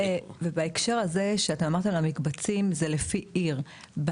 ובהקשר הזה שאתה אמרת על המקבצים, זה לפי עיר,